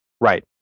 Right